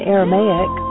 Aramaic